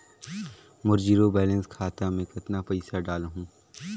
मोर zero balance खाता मे कतना पइसा डाल हूं?